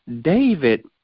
David